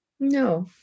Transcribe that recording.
No